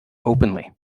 openly